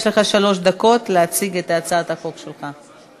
יש לך שלוש דקות להציג את הצעת החוק שלך.